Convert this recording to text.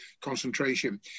concentration